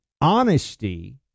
honesty